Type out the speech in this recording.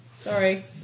Sorry